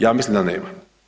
Ja mislim da nema.